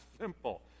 simple